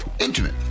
Intimate